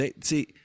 See